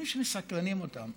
דברים שמסקרנים אותם,